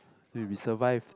eh we survived